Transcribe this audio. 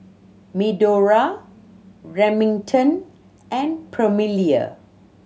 Medora Remington and Permelia